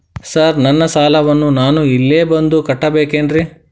Sir ನನ್ನ ಸಾಲವನ್ನು ನಾನು ಇಲ್ಲೇ ಬಂದು ಕಟ್ಟಬೇಕೇನ್ರಿ?